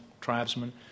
tribesmen